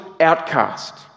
outcast